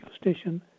station